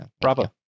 Bravo